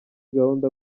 gahunda